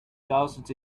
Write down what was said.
thousand